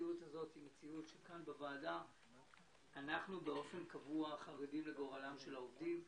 אנחנו בוועדה חרדים באופן קבוע לגורלם של העובדים,